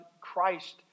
Christ